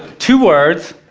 two words